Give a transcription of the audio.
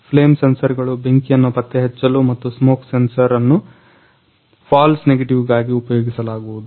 flame ಸೆನ್ಸರ್ಗಳು ಬೆಂಕಿಯನ್ನ ಪತ್ತೆಹಚ್ಚಲು ಮತ್ತು ಸ್ಮೋಕ್ ಸೆನ್ಸರ್ ಅನ್ನು ಫಾಲ್ಸ್ ನೆಗೆಟಿವ್ಗಾಗಿ ಉಪಯೋಗಿಸಲಾಗುವುದು